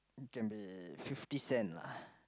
it can be Fifty-Cent lah